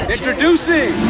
Introducing